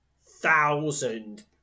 thousand